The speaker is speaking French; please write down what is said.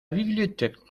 bibliothèque